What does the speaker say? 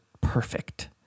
perfect